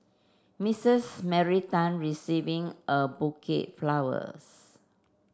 Missus Mary Tan receiving a bouquet flowers